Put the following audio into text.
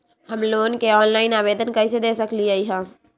हम लोन के ऑनलाइन आवेदन कईसे दे सकलई ह?